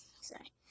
Sorry